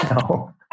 no